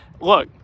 Look